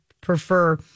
prefer